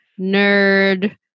nerd